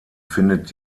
findet